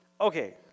Okay